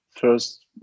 First